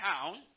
town